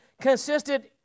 consisted